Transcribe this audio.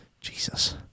Jesus